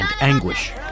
anguish